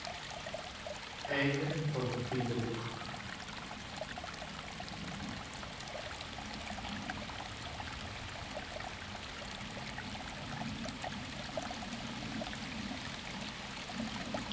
en van het